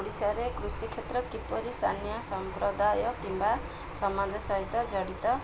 ଓଡ଼ିଶାରେ କୃଷି କ୍ଷେତ୍ର କିପରି ସ୍ଥାନୀୟ ସମ୍ପ୍ରଦାୟ କିମ୍ବା ସମାଜ ସହିତ ଜଡ଼ିତ